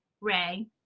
Ray